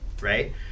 right